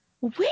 Wait